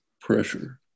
pressure